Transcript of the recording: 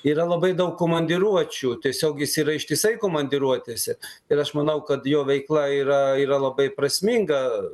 yra labai daug komandiruočių tiesiog jis yra ištisai komandiruotėse ir aš manau kad jo veikla yra yra labai prasminga